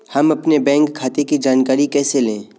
हम अपने बैंक खाते की जानकारी कैसे लें?